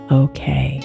okay